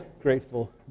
grateful